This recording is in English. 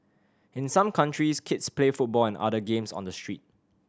in some countries kids play football and other games on the street